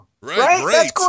Right